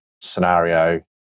scenario